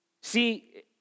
See